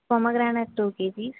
pomegranate two KGs